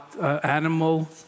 animal